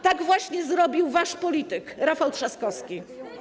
Tak właśnie zrobił wasz polityk, Rafał Trzaskowski, który.